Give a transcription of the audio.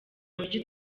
buryo